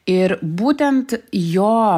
ir būtent jo